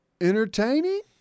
entertaining